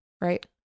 right